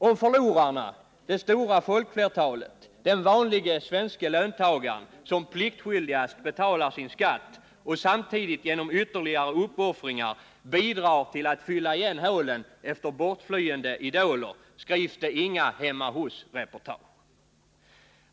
Om förlorarna, det stora folkflertalet, den vanlige svenske löntagaren som pliktskyldigast betalar sina skatter och samtidigt genom ytterligare uppoffringar bidrar till att fylla igen hålen efter bortflyende idoler, skrivs det inga hemma-hos-reportage.